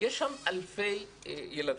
יש שם אלפי ילדים.